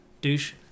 douche